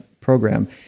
program